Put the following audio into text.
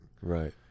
Right